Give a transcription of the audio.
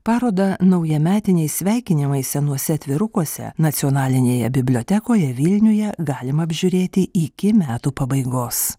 parodą naujametiniai sveikinimai senuose atvirukuose nacionalinėje bibliotekoje vilniuje galima apžiūrėti iki metų pabaigos